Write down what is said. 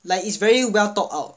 like it's very well thought out